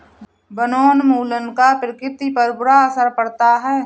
वनोन्मूलन का प्रकृति पर बुरा असर पड़ता है